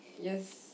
yes